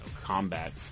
combat